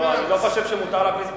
אני לא חושב שמותר להכניס פרחים,